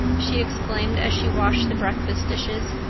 she exclaimed as she washed the breakfast dishes.